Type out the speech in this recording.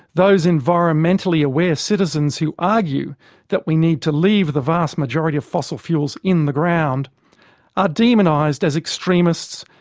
those environmentally aware citizens who argue that we need to leave the vast majority of fossil fuels in the ground are demonised as extremists,